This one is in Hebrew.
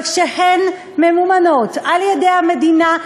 אבל כשהן ממומנות על-ידי המדינה,